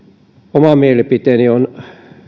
oma mielipiteeni on